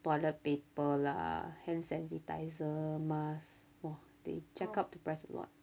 toilet paper lah hand sanitizers mask !wah! they jack up the price a lot